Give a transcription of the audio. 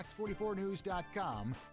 fox44news.com